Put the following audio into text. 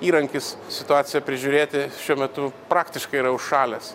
įrankis situaciją prižiūrėti šiuo metu praktiškai yra užšalęs